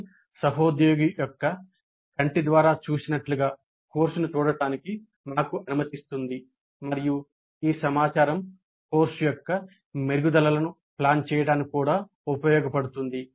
ఇది సహోద్యోగి యొక్క కంటి ద్వారా చూసినట్లుగా కోర్సును చూడటానికి మాకు అనుమతిస్తుంది మరియు ఈ సమాచారం కోర్సు యొక్క మెరుగుదలలను ప్లాన్ చేయడానికి కూడా ఉపయోగపడుతుంది